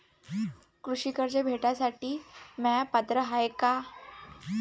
कृषी कर्ज भेटासाठी म्या पात्र हाय का?